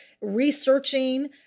researching